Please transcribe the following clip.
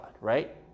right